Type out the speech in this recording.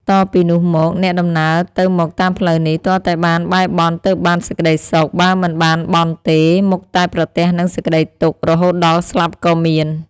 តពីនោះមក អ្នកដំណើរទៅមកតាមផ្លូវនេះ ទាល់តែបានបែរបន់ទើបបានសេចក្ដីសុខ បើមិនបានបន់ទេ មុខតែប្រទះនឹងសេចក្ដីទុក្ខ រហូតដល់ស្លាប់ក៏មាន ។